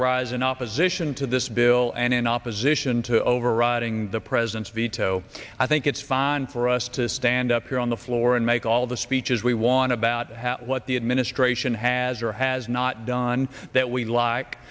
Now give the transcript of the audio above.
rise in opposition to this bill and in opposition to overriding the president's veto i think it's fine for us to stand up here on the floor and make all the speeches we want to about what the administration has or has not done that we like